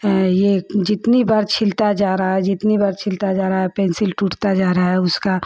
यह जितनी बार छिलता जा रहा है जितनी बार छिलता जा रहा है पेन्सिल टूटता जा रहा है उसका